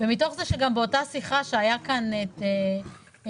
ומתוך זה שגם באותה שיחה שהיה כאן אופיר כץ,